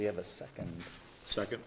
we have a second second